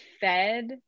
fed